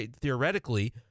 theoretically